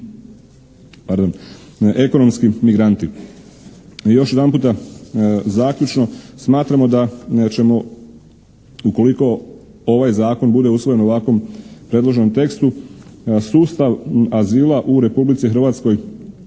svega ekonomski migranti. I još jedan puta zaključno, smatramo da ćemo ukoliko ovaj zakon bude usvojen u ovakvom predloženom tekstu sustav azila u Republici Hrvatskoj